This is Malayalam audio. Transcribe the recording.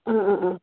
ആ ആ ആ